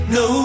no